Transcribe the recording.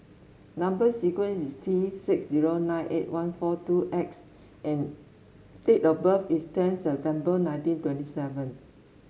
number sequence is T six zero nine eight one four two X and date of birth is ten September nineteen twenty seven